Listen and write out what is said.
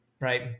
Right